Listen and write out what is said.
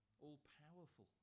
all-powerful